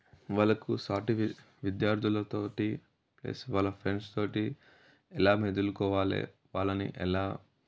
వాళ్ళకు సాటి విద్యార్థులతో ప్లస్ వాళ్ళ ఫ్రెండ్స్తో ఎలా మెదులుకోవాలి వాళ్ళని ఎలా